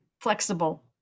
flexible